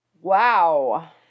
Wow